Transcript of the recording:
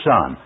Son